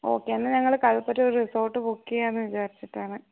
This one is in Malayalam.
ഓക്കേ എന്നാൽ ഞങ്ങൾ കൽപ്പറ്റ റിസോർട്ട് ബുക്ക് ചെയ്യാമെന്ന് വിചാരിച്ചിട്ടാണ്